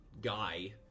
guy